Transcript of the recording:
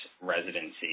residency